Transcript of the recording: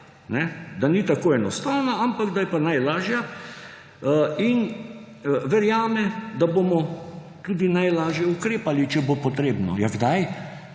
da ni tako enostavna, ampak da je pa najlažja. In verjame, da bomo tudi najlažje ukrepali, če bo potrebno.